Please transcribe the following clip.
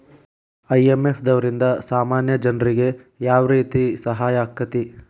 IMF ದವ್ರಿಂದಾ ಸಾಮಾನ್ಯ ಜನ್ರಿಗೆ ಯಾವ್ರೇತಿ ಸಹಾಯಾಕ್ಕತಿ?